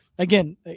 Again